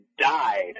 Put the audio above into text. died